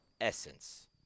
essence